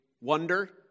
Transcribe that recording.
wonder